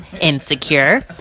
*Insecure*